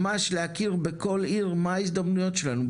ממש להכיר בכל עיר מה ההזדמנויות שלהם,